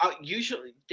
usually